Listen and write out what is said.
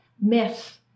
myth